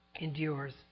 endures